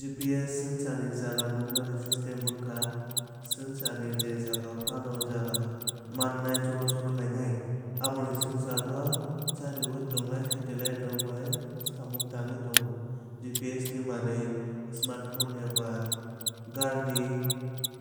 GPS swngcharni jaga nuknani system wngkha swngcharni je jagao phano jaga mannani chubachu khlainai. Abo ni swngcharno chariwi tongnai satelliterok bai samung tangwi tongo. GPS ni manwi smartphone eba garini